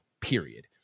Period